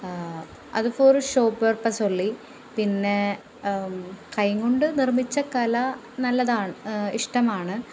അത് for show purpose only പിന്നെ കൈകൊണ്ട് നിർമ്മിച്ച കല നല്ലതാണ് ഇഷ്ടമാണ്